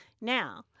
Now